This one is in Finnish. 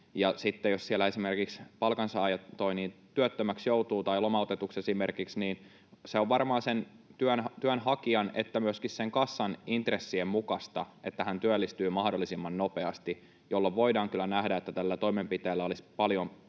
jos siellä esimerkiksi palkansaaja joutuu työttömäksi tai lomautetuksi, niin se on varmaan sekä työnhakijan että kassan intressien mukaista, että hän työllistyy mahdollisimman nopeasti, jolloin voidaan kyllä nähdä, että tällä toimenpiteellä olisi paljonkin